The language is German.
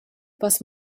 was